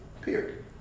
Period